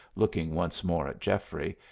looking once more at geoffrey,